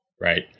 right